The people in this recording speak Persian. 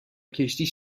کشتی